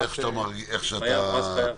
איך שאתה רוצה.